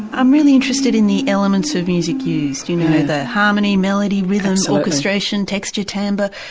i'm really interested in the elements of music used, you know, the harmony, melody, rhythm, so orchestration, texture, timbre.